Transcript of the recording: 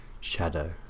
shadow